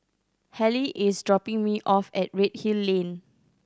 Halle is dropping me off at Redhill Lane